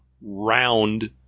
round